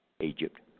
Egypt